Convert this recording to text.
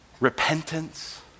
repentance